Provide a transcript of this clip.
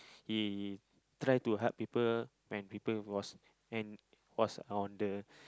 he try to help people when people was and was on the